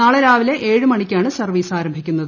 നാളെ രാവിലെ ഏഴ് മണിക്കാണ് സർവ്വീസ് ആരംഭിക്കുന്നത്